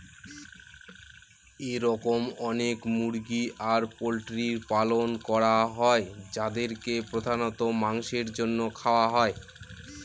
এরকম অনেক মুরগি আর পোল্ট্রির পালন করা হয় যাদেরকে প্রধানত মাংসের জন্য খাওয়া হয়